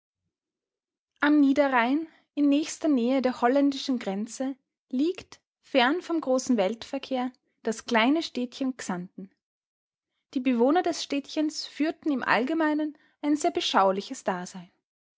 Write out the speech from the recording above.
am niederrhein in nächster nähe der holländischen grenze liegt fern vom großen weltverkehr das kleine städtchen xanten die bewohner des städtchens führten im allgemeinen ein sehr beschauliches dasein